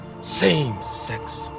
same-sex